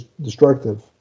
destructive